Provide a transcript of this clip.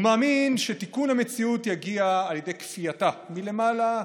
הוא מאמין שתיקון המציאות יגיע על ידי כפייתה מלמעלה למטה.